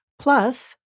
Plus